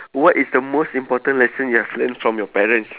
what is the most important lesson you have learned from your parents